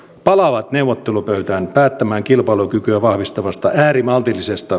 palaavat neuvottelupöytään päättämään kilpailukykyä vahvistavasta äärimaltillisesta